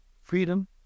freedom